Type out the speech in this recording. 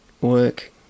work